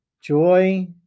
Joy